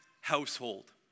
household